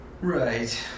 Right